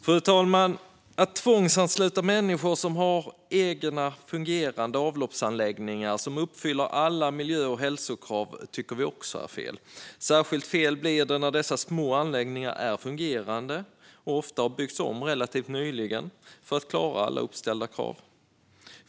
Fru talman! Att tvångsansluta människor som har egna fungerande avloppsanläggningar som uppfyller alla miljö och hälsokrav tycker vi också är fel. Särskilt fel blir det när dessa små anläggningar fungerar och ofta har byggts om relativt nyligen för att klara alla uppställda krav.